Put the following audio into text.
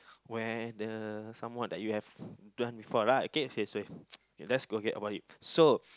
where the someone that you have done before right okay okay let's forget about it so